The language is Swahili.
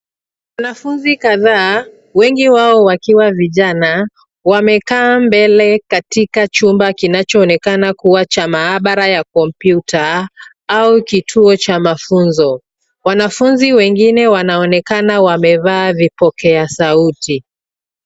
Wanafunzi kadhaa, wengi wao wakiwa vijana, wamekaa mbele katika chumba kinachoonekana kuwa cha maabara ya kompyuta au kituo cha mafunzo. Wanafunzi wengine wanaonekana wamevaa vipokea sauti.